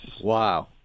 Wow